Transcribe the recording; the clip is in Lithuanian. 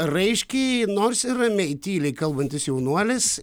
raiškiai nors ir ramiai tyliai kalbantis jaunuolis